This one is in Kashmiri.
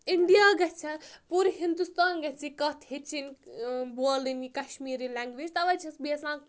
اِنٛڈیا گژھَ ہہَ پوٗرٕ ہِندوستان گژھِ یہِ کَتھ ہیٚچھِنۍ بولٕنۍ یہِ کَشمیٖری لینٛگویج تَوے چھَس بہٕ یَژھان